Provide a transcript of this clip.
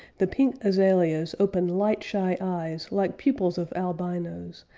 the pink azaleas open light-shy eyes like pupils of albinos,